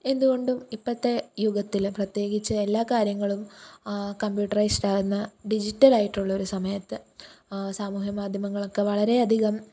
എന്തുകൊണ്ടും ഇപ്പോഴത്തെ യുഗത്തിൽ പ്രത്യേകിച്ച് എല്ലാ കാര്യങ്ങളും കമ്പ്യൂട്ടറൈസ്ഡ് ആകുന്ന ഡിജിറ്റലായിട്ടുള്ള ഒരു സമയത്ത് സാമൂഹ്യ മാധ്യമങ്ങളൊക്കെ വളരേ അധികം